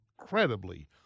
incredibly